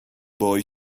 boy